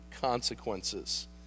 consequences